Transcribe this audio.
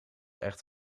echt